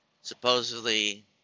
supposedly